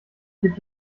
gibt